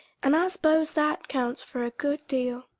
and i s'pose that counts for a good deal.